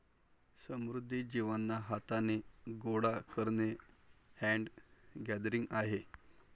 समुद्री जीवांना हाथाने गोडा करणे हैंड गैदरिंग आहे